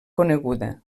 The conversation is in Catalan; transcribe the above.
coneguda